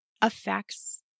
affects